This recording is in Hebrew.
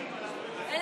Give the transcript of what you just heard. אנחנו,